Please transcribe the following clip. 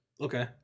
Okay